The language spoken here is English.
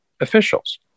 officials